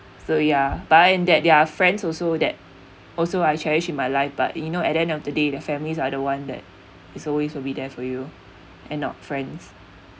so ya but and that their friends also that also I cherish in my life but you know at the end of the day that families are the one that is always will be there for you and not friends